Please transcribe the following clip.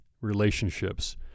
relationships